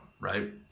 right